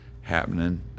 happening